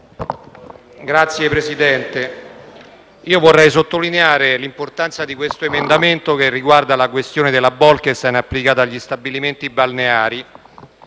Signor Presidente, vorrei sottolineare l'importanza di questo emendamento, che riguarda la questione della direttiva Bolkestein applicata agli stabilimenti balneari.